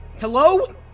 Hello